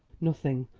nothing,